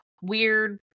weird